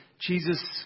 Jesus